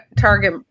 target